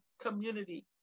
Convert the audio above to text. community